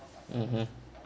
mmhmm